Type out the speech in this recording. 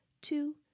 Two